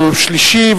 היום יום שלישי,